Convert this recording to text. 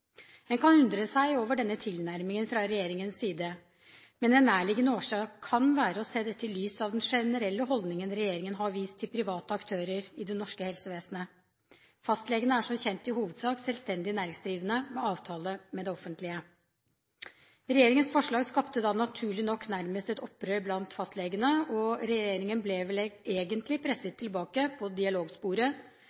en rekke krav som det i praksis kunne bli umulig å innfri. Man kan undre seg over denne tilnærmingen fra regjeringens side, men en nærliggende årsak kan være å se dette i lys av den generelle holdningen regjeringen har vist til private aktører i det norske helsevesenet. Fastlegene er som kjent i hovedsak selvstendig næringsdrivende med avtale med det offentlige. Regjeringens forslag skapte, naturlig nok, nærmest et opprør blant fastlegene, og regjeringen ble vel egentlig